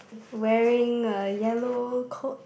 wearing a yellow coat